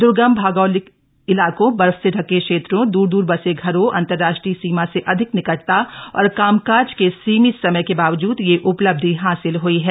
दुर्गम औगोलिक इलाकों बर्फ से ढके क्षेत्रों दूर द्रर बसे घरों अंतर्राष्ट्रीय सीमा से अधिक निकटता और कामकाज के सीमित समय के बावजूद ये उपलब्धि हासिल हुई है